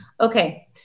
Okay